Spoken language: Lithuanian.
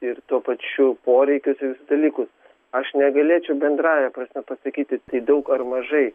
ir tuo pačiu poreikius ir visus dalykus aš negalėčiau bendrąja prasme pasakyti tai daug ar mažai